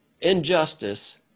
injustice